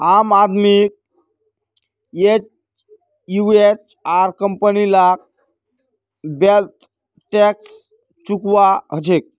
आम आदमी एचयूएफ आर कंपनी लाक वैल्थ टैक्स चुकौव्वा हछेक